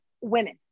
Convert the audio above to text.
women